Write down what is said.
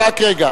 רק רגע.